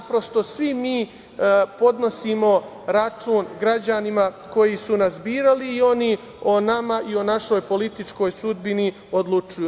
Naprosto, svi mi podnosimo račun građanima koji su nas birali i oni o nama i o našoj političkoj sudbini odlučuju.